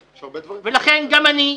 לכן גם אני,